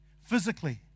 physically